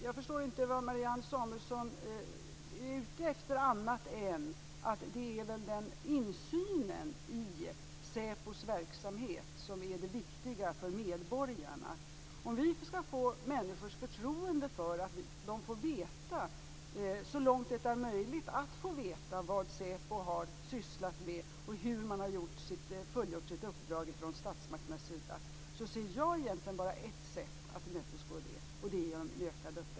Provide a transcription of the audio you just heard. Jag förstår inte vad Marianne Samuelsson är ute efter. Det är väl insynen i säpos verksamhet som är det viktiga för medborgarna? Jag ser egentligen bara ett sätt att tillmötesgå människors begäran att så långt det är möjligt få reda på vad säpo har sysslat med och hur man har fullgjort uppdraget från statsmakternas sida. Det är genom en ökad öppenhet.